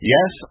Yes